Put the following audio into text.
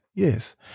Yes